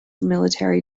military